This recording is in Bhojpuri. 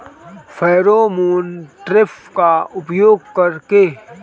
फेरोमोन ट्रेप का उपयोग कर के?